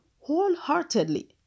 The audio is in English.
wholeheartedly